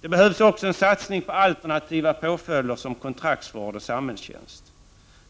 Det behövs också en satsning på alternativa påföljder som kontraktsvård och samhällstjänst.